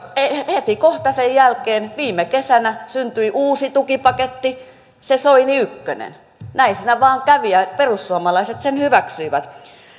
heti kohta sen jälkeen viime kesänä syntyi uusi tukipaketti se soini ykkönen näin siinä vaan kävi ja perussuomalaiset sen hyväksyivät